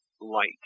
light